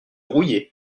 rouillé